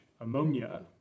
ammonia